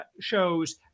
shows